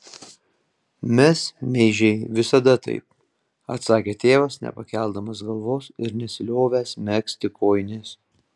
mes meižiai visada taip atsakė tėvas nepakeldamas galvos ir nesiliovęs megzti kojinės